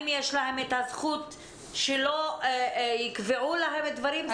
אם יש להם את הזכות שלא יקבעו להן דברים,